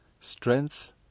strength